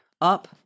up